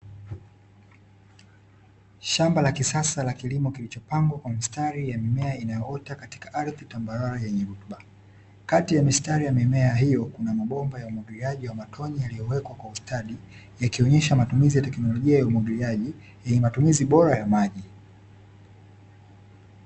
Shamba la kisasa la kilimo kilichopangwa kwa mistari ya mimea inayoota katika ardhi tambarare yenye rutuba. Kati ya mistari ya mimea hiyo kuna mabomba ya umwagiliaji wa matonye yaliyowekwa kwa ustadi yakionyesha matumizi ya teknolojia ya umwagiliaji yenye matumizi bora ya maji.